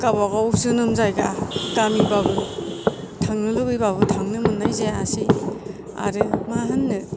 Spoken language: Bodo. गाबागाव जोनोम जायगा गामिबाबो थांनो लुबैबाबो थांनो मोन्नाय जायासै आरो मा होन्नो